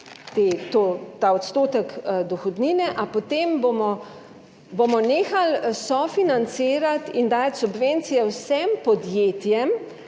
ta odstotek dohodnine, a potem bomo, bomo nehali sofinancirati in dajati subvencije vsem podjetjem